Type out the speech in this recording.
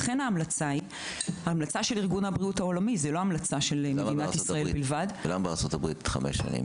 ההמלצה של ארגון הבריאות העולמי --- למה בארצות הברית חמש שנים?